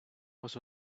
was